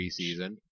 preseason